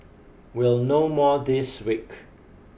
we'll know more this week